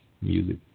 music